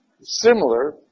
similar